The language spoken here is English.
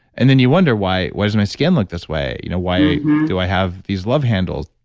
and then you wonder why why does my skin look this way? you know why do i have these love handles?